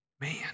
man